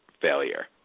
failure